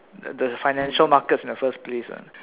the financial markets in the first place lah